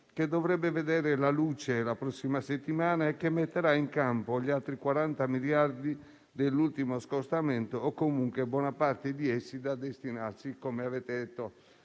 che dovrebbe vedere la luce la prossima settimana e che metterà in campo gli altri 40 miliardi dell'ultimo scostamento, o comunque buona parte di essi, da destinarsi, come avete detto